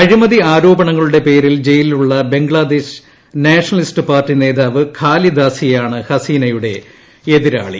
അഴിമതി ആരോപണങ്ങളുടെ പേരിൽ ജയിലിലുള്ള ബംഗ്ലാദേശ് നാഷണലിസ്റ്റ് പാർട്ടി നേതാവ് ഖാലിദാസിയയാണ് ഹസീനയുടെ എതിരാളി